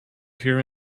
here